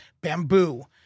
bamboo-